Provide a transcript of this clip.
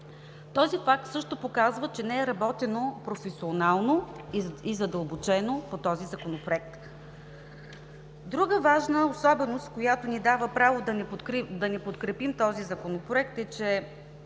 Този факт също показва, че не е работено професионално и задълбочено по този Законопроект. Друг важна особеност, която ни дава право да не подкрепим този Законопроект, е, че